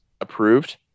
approved